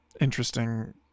interesting